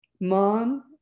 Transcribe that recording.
mom